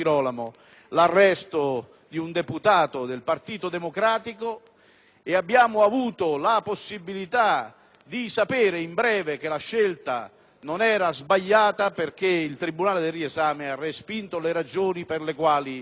abbiamo avuto la possibilità di sapere in breve che la scelta non era sbagliata, perché il tribunale del riesame ha respinto le ragioni per le quali il giudice chiedeva l'arresto.